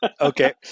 Okay